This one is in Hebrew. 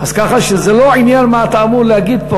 אז ככה שזה לא עניין של מה שאתה אמור להגיד פה,